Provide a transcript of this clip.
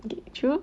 okay true